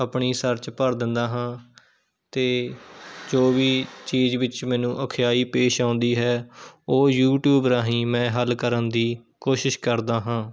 ਆਪਣੀ ਸਰਚ ਭਰ ਦਿੰਦਾ ਹਾਂ ਅਤੇ ਜੋ ਵੀ ਚੀਜ਼ ਵਿੱਚ ਮੈਨੂੰ ਔਖਿਆਈ ਪੇਸ਼ ਆਉਂਦੀ ਹੈ ਉਹ ਯੂਟਿਊਬ ਰਾਹੀਂ ਮੈਂ ਹੱਲ ਕਰਨ ਦੀ ਕੋਸ਼ਿਸ਼ ਕਰਦਾ ਹਾਂ